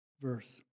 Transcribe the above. verse